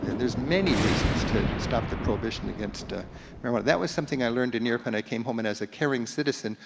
there's many reasons to stop the prohibition against ah marijuana. that was something i learned in europe, and i came home, and as a caring citizen,